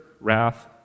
wrath